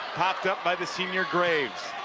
popped up by the senior graves.